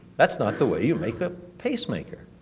that's not the way you make a pacemaker.